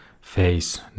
face